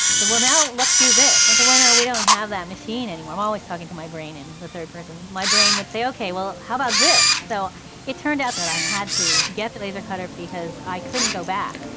well now, let's do this. and so well now, we don't have that machine anymore. i'm always talking to my brain in the third person. my brain would say, okay, well how about this? so it turned out that i had to get the laser cutter because i couldn't go back.